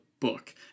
book